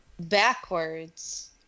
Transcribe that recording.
Backwards